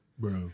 bro